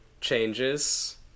changes